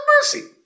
mercy